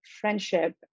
friendship